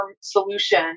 solution